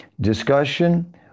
discussion